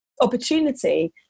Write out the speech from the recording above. opportunity